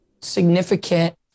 significant